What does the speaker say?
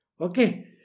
Okay